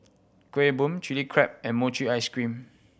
Kueh Bom Chili Crab and mochi ice cream